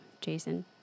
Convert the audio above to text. Jason